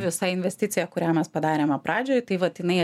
visa investicija kurią mes padarėme pradžioj tai vat jinai